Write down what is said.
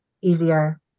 easier